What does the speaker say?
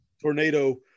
tornado